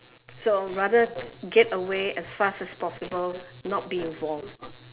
so rather get away as fast as possible not be involved